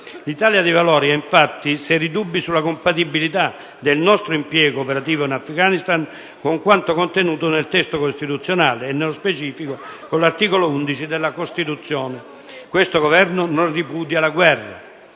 L'Italia dei Valori ha infatti seri dubbi sulla compatibilità del nostro impiego operativo in Afghanistan con quanto contenuto nel testo costituzionale, nello specifico con l'articolo 11 della Costituzione. Questo Governo non ripudia la guerra.